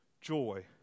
joy